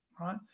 right